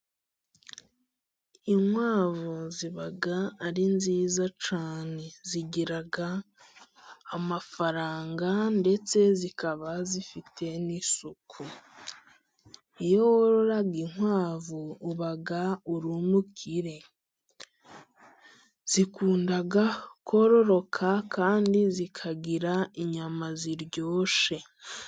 Inkwavu ziba ari nziza cyane. Zigira amafaranga ndetse zikaba zifite n'isuku. Iyo worora inkwavu uba uri umukire. Zikunda kororoka kandi zikagira inyama ziryoshye.